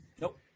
nope